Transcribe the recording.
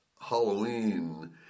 Halloween